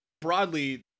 broadly